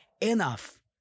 enough